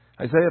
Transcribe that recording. Isaiah